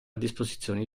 disposizione